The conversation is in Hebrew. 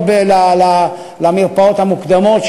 לא למרפאות המוקדמות,